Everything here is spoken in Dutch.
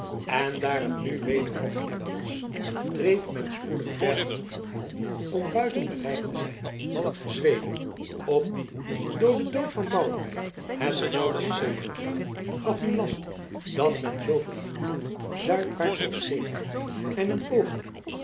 en daar het nu wederom ebbe was dreef men spoedig ver genoeg van wal om buiten bereik te zijn zweder op wien door den dood van boudewijn het bevel was overgegaan gaf nu last dat men zooveel doenlijk zuidwaarts zou stevenen en een poging doen